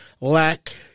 lack